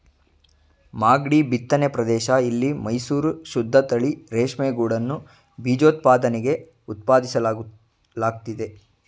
ಮಾಗ್ಡಿ ಬಿತ್ತನೆ ಪ್ರದೇಶ ಇಲ್ಲಿ ಮೈಸೂರು ಶುದ್ದತಳಿ ರೇಷ್ಮೆಗೂಡನ್ನು ಬೀಜೋತ್ಪಾದನೆಗೆ ಉತ್ಪಾದಿಸಲಾಗ್ತಿದೆ